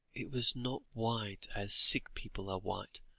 it was not white as sick people are white,